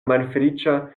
malfeliĉa